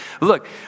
Look